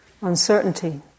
uncertainty